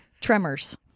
Tremors